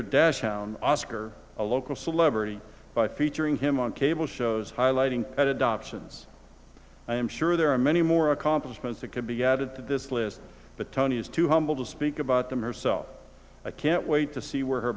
her dash down oscar a local celebrity by featuring him on cable shows highlighting at adoptions i am sure there are many more accomplishments that can be added to this list but tony is too humble to speak about them herself i can't wait to see where her